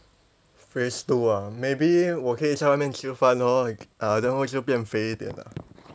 phase two ah maybe 我可以在外面吃饭咯 uh then 我就变肥一点啊